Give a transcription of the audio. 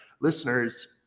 listeners